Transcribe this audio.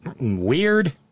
weird